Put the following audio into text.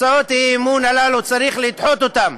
הצעות האי-אמון האלה, צריך לדחות אותן.